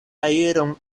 aeron